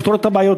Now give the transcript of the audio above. לפתור את הבעיות.